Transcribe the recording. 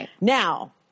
Now